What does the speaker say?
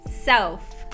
Self